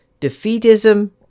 defeatism